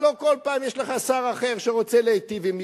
הלוא כל פעם יש לך שר אחר שרוצה להיטיב עם מישהו,